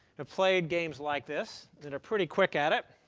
have played games like this, that are pretty quick at it.